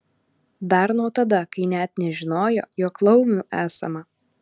dar nuo tada kai net nežinojo jog laumių esama